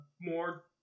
more